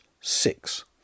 six